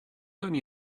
only